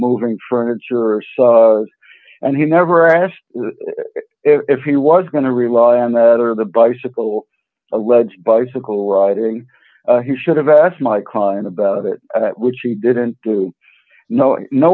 moving furniture and he never asked if he was going to rely on that or the bicycle alleged bicycle riding he should have asked d my client about it which he didn't do knowing no